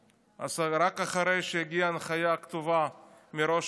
רק אחרי שהגיעה הנחיה כתובה מראש הממשלה